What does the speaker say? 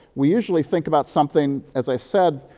we usually think about something, as i said,